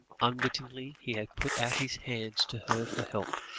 unwittingly he had put out his hands to her for help,